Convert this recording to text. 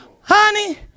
Honey